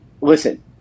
Listen